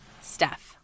Steph